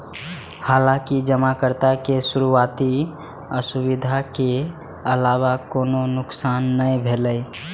हालांकि जमाकर्ता के शुरुआती असुविधा के अलावा कोनो नुकसान नै भेलै